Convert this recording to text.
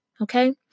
Okay